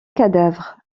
cadavre